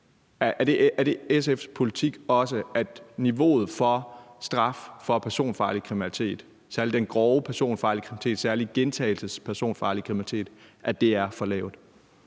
Er det også SF's politik, at niveauet for straf for personfarlig kriminalitet, særligt den grove personfarlige kriminalitet, særligt i gentagelsestilfælde, er for lavt?